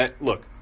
look